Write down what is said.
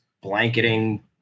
blanketing